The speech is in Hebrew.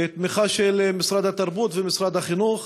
תמיכה של משרד התרבות ומשרד החינוך.